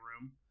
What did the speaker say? room